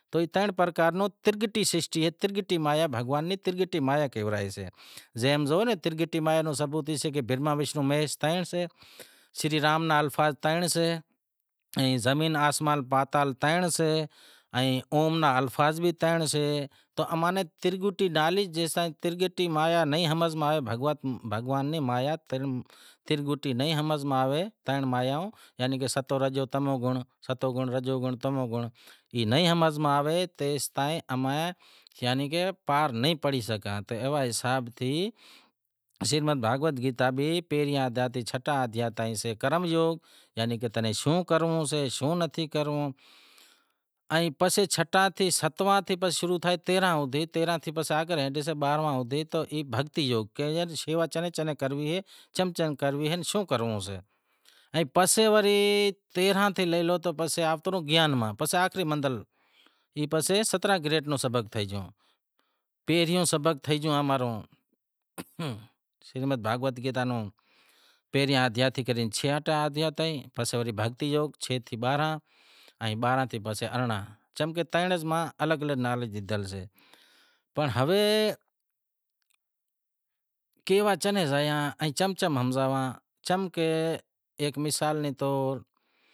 تو ترنڑ پرکار نوں ترگٹی سرشٹی اے ترگٹی بھگوان ری ترگٹی مایا کہورائشے زیں ماں زو ترگٹی مایا رو ثبوت ای سے کہ برہما وشنو مہیش ترن سیں، سری رام را الفاظ ترن سیں، ائیں زمین آسمان پاتال ترن سئے، ائیں اوم را الفاظ بھی ترن سئے، تو اماں نیں ترگٹی نالیج، ترگٹی مایا نہیں ھمز میں آوے بھگوان نیں مایا ترگٹی نہیں ھمز میں آوے ترن مایاوں یعنی ستو، رجو، تمو، ستو گنڑ، رجو گنڑ، تمو گنڑ ای نہیں ہمز میں آویں تیستائیں امیں پار نئیں پڑی شگاں تو ایوو ثابتی شریمد بھگوت گیتا بھی پہریں آدھیا تاں چھٹا ادھیا تائیں کرم یوگ، یعنی تنیں شوں کرنڑو سے شوں نتھی کرنڑو ائیں سپے شٹوا سیں شروع تھے تیرانہں ہوندہیں ای بھگتی یوگ تیرانہں سین پسے آگر بارہواں ہوندہیں تو بھگتی یوگ کہ شیوا چنیں چنیں کرنوی اے، چم چم کرنونڑی اے ان شوں کرنونڑو سے؟ ائیں پسے وری تیرنہں تے لے لو پسے آنپڑو گیتا گیان ماں پسے آخری مندل پسے ستراں گریڈ روں سبق تھے گیو، پہریوں سبق تھے گیو امارو شریمد بھگوت گیتا روں پہریا ادھیا سیں لے کر چھٹا ادھیا تائیں پسے وری بھگتی یوگ چھ سیں بارنہں ائیں پسے بارانہں سیں ارڑنہں چمکہ ترن ماں الگ الگ نالیج زڑشےپنڑ ہوے کیوا کنیں زایاں ان چم چم ہمزاواں چمکہ ایک مثال کے طور